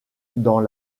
dans